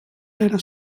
era